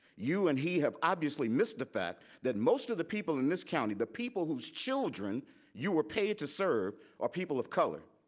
you and he have obviously missed the fact that most of the people in this county, the people whose children you were paid to serve are people of color.